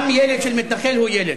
גם ילד מתנחל הוא ילד.